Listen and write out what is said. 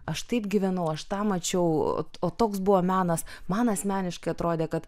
aš taip gyvenau aš tą mačiau o toks buvo menas man asmeniškai atrodė kad